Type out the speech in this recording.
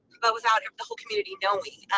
but without the whole community knowing.